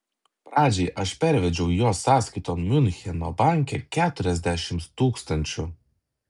pradžiai aš pervedžiau jo sąskaiton miuncheno banke keturiasdešimt tūkstančių